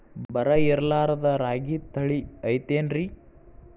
ಬರ ಇರಲಾರದ್ ರಾಗಿ ತಳಿ ಐತೇನ್ರಿ?